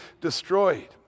destroyed